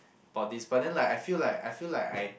about this but then like I feel like I feel like I